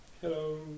Hello